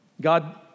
God